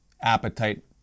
appetite